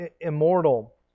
immortal